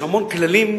יש המון כללים.